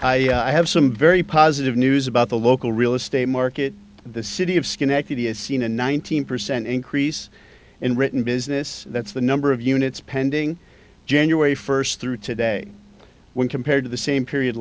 here have some very positive news about the local real estate market the city of schenectady has seen a nineteen percent increase in written business that's the number of units pending january first through today when compared to the same period